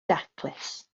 daclus